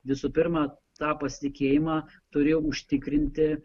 visų pirma tą pasitikėjimą turi užtikrinti